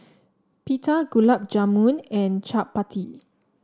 Pita Gulab Jamun and Chapati